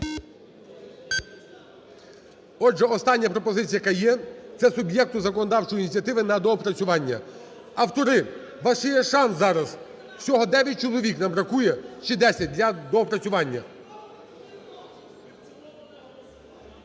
Отже, остання пропозиція, яка є, - це суб'єкту законодавчої ініціативи на доопрацювання. Автори, у вас є шанс, зараз усього 9 чолові нам бракує, чи 10, для доопрацювання.